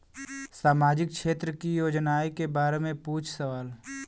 सामाजिक क्षेत्र की योजनाए के बारे में पूछ सवाल?